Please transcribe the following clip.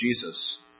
Jesus